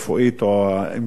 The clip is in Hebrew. או האמצעים,